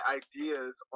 ideas